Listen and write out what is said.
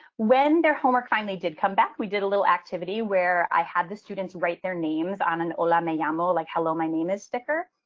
when their homework finally did come back, we did a little activity where i had the students write their names on an, hola, me llamo. like, hello, my name is. sticker.